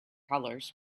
colors